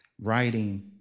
writing